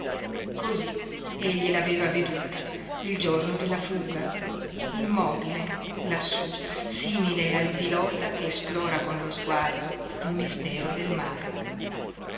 cosí egli l'aveva veduta il giorno della fuga immobile lassú simile al pilota che esplora con lo sguardo il mistero del mare